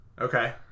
Okay